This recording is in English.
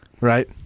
Right